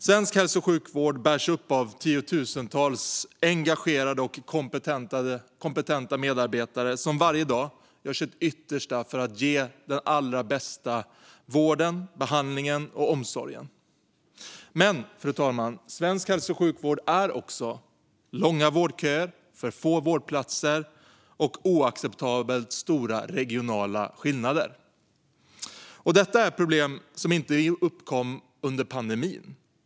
Svensk hälso och sjukvård bärs upp av tiotusentals engagerade och kompetenta medarbetare som varje dag gör sitt yttersta för att ge den allra bästa vården, behandlingen och omsorgen. Men, fru talman, svensk hälso och sjukvård har också långa vårdköer, för få vårdplatser och oacceptabelt stora regionala skillnader. Och detta är problem som inte uppkom under pandemin.